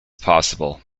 possible